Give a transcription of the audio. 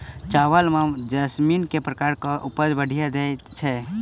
चावल म जैसमिन केँ प्रकार कऽ उपज बढ़िया दैय छै?